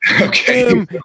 okay